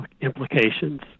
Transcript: implications